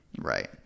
Right